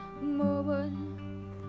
moment